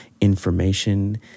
information